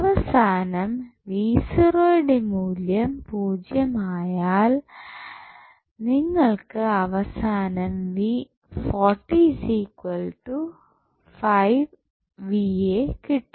അവസാനം യുടെ മൂല്യം 0 അയാൽ നിങ്ങൾക്ക് അവസാനം കിട്ടും